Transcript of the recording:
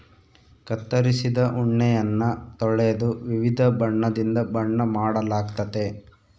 ಕತ್ತರಿಸಿದ ಉಣ್ಣೆಯನ್ನ ತೊಳೆದು ವಿವಿಧ ಬಣ್ಣದಿಂದ ಬಣ್ಣ ಮಾಡಲಾಗ್ತತೆ